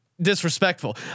disrespectful